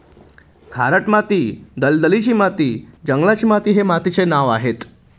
खारट माती, दलदलीची माती, जंगलाची माती हे मातीचे नावं आहेत